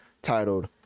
titled